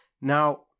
now